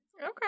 Okay